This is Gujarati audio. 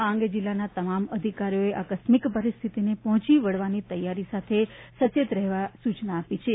આ અંગે જિલ્લાના તમામ અધિકારીઓને આકસ્મિક પરિસ્થિતિને પહોંચી વળવાની તૈયારી સાથે સચેત રહેવા સૂચના અપાઇ છે